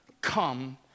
come